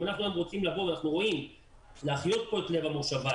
אם אנחנו היום רוצים לבוא ולהחיות את לב המושבה,